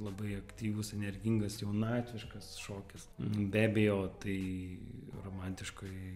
labai aktyvus energingas jaunatviškas šokis be abejo tai romantiškoji